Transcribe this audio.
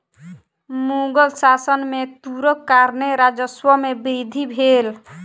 मुग़ल शासन में तूरक कारणेँ राजस्व में वृद्धि भेल